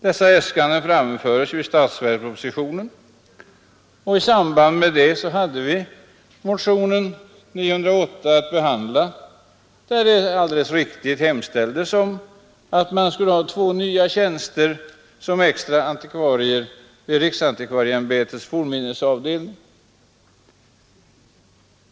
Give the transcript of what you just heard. Dessa äskanden framfördes i statsverkspropositionen, och i samband med att den behandlades hade vi också att behandla motionen 908, där det hemställdes om inrättande av två nya tjänster som extra antikvarier vid riksantikvarieämbetets fornminnesavdelning.